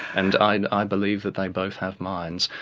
and i and i believe that they both have minds,